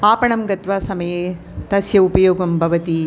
आपणं गत्वा समये तस्य उपयोगं भवति